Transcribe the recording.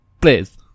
Please